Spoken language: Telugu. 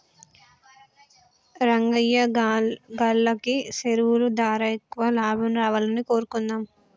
రంగయ్యా గాల్లకి సెరువులు దారా ఎక్కువ లాభం రావాలని కోరుకుందాం